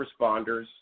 responders